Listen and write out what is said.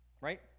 right